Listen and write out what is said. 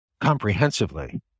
comprehensively